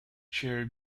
chair